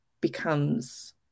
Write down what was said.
becomes